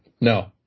No